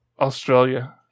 Australia